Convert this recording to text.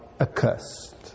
accursed